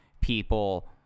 people